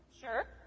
Sure